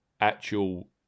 actual